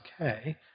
okay